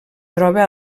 troba